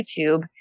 youtube